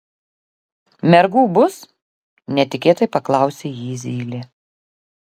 mergų bus netikėtai paklausė jį zylė